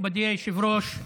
מכובדי היושב-ראש,